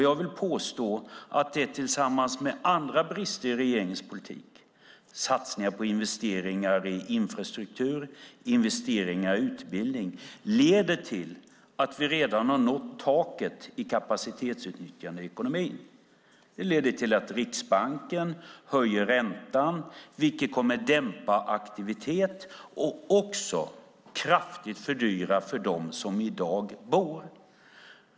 Jag vill påstå att det tillsammans med andra brister i regeringens politik - satsningar på investeringar i infrastruktur och investeringar i utbildning - leder till att vi redan har nått taket i kapacitetsutnyttjande i ekonomin. Det leder till att Riksbanken höjer räntan, vilket kommer att dämpa aktivitet och kraftigt fördyra för dem som i dag bor.